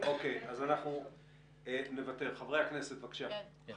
מה שאתה אומר לנו זה פחות או יותר מדהים, יש